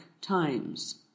times